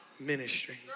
ministry